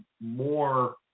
more